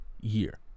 year